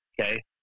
Okay